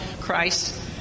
Christ